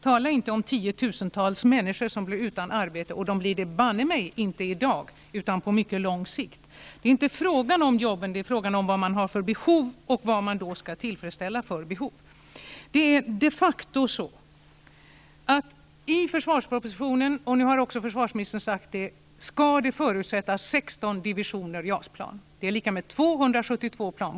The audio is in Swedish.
Tala inte om tiotusentals människor som blir utan arbete, och de blir det banne mig inte i dag om beslut fattas nu om stopp för JAS utan på mycket lång sikt. Det är inte fråga om jobben utan om vilka militära hot som finns och vilka behov som skall tillfredställas. De facto framgår det i försvarspropositionen, och nu har också försvarsministern sagt detta, att det skall bli 16 divisioner JAS-plan. Det är lika med 272 plan.